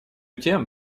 тем